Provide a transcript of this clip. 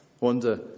wonder